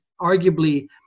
arguably